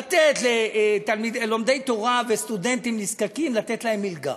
לתת ללומדי תורה וסטודנטים נזקקים, לתת להם מלגה,